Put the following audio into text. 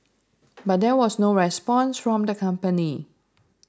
but there was no response from the company